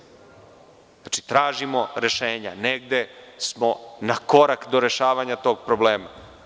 Znači, tražimo rešenja, negde smo na korak do rešavanja tog problema.